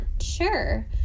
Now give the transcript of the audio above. sure